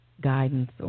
guidance